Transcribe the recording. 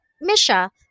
Misha